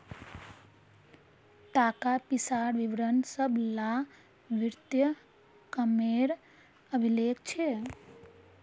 ताका पिसार विवरण सब ला वित्तिय कामेर अभिलेख छे